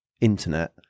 internet